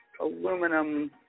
aluminum